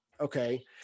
Okay